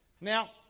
Now